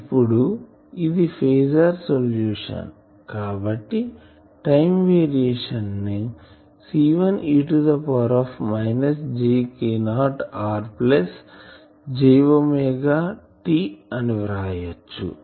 ఇప్పుడు ఇది phasor solution కాబట్టి టైం వేరియేషన్ ను C1 e power minus jko r plus j omega t అని వ్రాయచ్చు